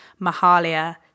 mahalia